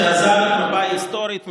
שעזב את מפא"י ההיסטורית,